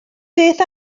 beth